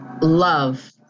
love